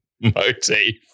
motif